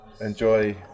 enjoy